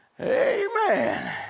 amen